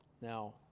Now